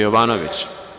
Jovanović.